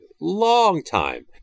longtime